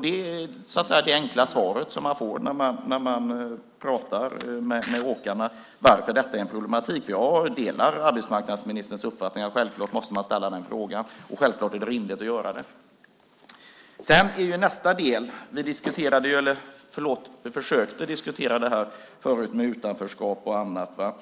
Det är det enkla svaret som man får när man pratar med åkarna om varför detta är problematiskt. Jag delar arbetsmarknadsministerns uppfattning att man självklart måste ställa den frågan, och det är självklart rimligt att göra det. Jag går över till nästa del. Vi diskuterade - förlåt: Vi försökte diskutera det här med utanförskap och annat.